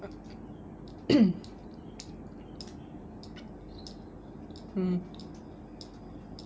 mm